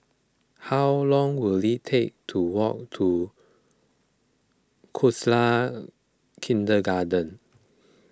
how long will it take to walk to Khalsa Kindergarten